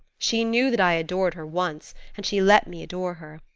she knew that i adored her once, and she let me adore her.